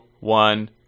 one